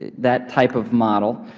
that type of model,